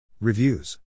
Reviews